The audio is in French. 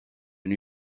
new